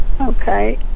Okay